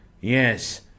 Yes